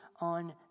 on